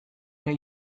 ere